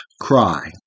cry